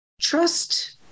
trust